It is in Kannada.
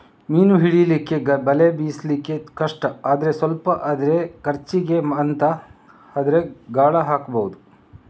ಮೀನು ಹಿಡೀಲಿಕ್ಕೆ ಬಲೆ ಬೀಸ್ಲಿಕ್ಕೆ ಕಷ್ಟ ಆದ್ರೆ ಸ್ವಲ್ಪ ಅಂದ್ರೆ ಖರ್ಚಿಗೆ ಅಂತ ಆದ್ರೆ ಗಾಳ ಹಾಕ್ಬಹುದು